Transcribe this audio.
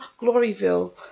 Gloryville